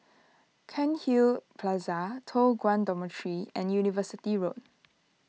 Cairnhill Plaza Toh Guan Dormitory and University Road